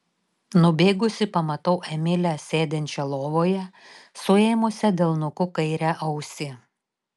nubėgusi pamatau emilę sėdinčią lovoje suėmusią delnuku kairę ausį